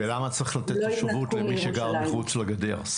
ולמה צריך לתת תושבות למי שגר מחוץ לגדר?